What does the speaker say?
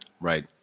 Right